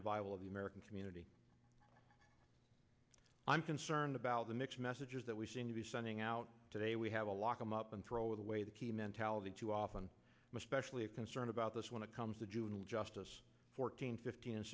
revival of the american community i'm concerned learned about the mixed messages that we seem to be sending out today we have a lock him up and throw away the key mentality too often much specially a concern about this when it comes to juvenile justice fourteen fifteen and